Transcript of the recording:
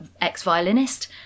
ex-violinist